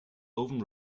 oven